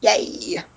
Yay